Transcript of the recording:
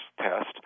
test